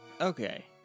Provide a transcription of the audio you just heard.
Okay